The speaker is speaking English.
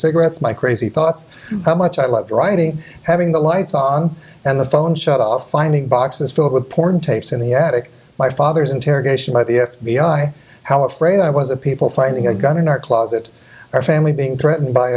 cigarettes my crazy thoughts how much i loved writing having the lights on and the phone shut off finding boxes filled with porn tapes in the attic my father's interrogation by the f b i how afraid i was of people finding a gun in our closet our family being threatened by